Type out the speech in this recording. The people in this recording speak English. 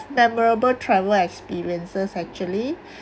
memorable travel experiences actually